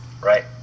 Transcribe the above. right